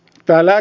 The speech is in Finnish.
täällä